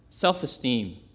Self-esteem